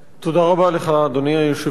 תודה רבה לך, אדוני היושב-ראש.